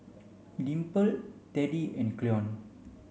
Dimple Teddie and Cleon